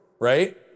right